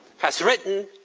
has written,